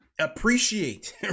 appreciate